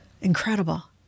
Incredible